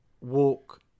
walk